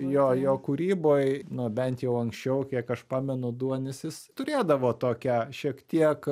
jo jo kūryboj nu bent jau anksčiau kiek aš pamenu duonis jis turėdavo tokią šiek tiek